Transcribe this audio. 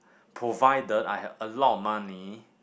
provided I have a lot of money